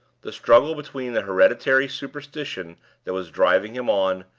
the struggle between the hereditary superstition that was driving him on,